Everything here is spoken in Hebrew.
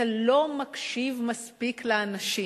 אתה לא מקשיב מספיק לאנשים.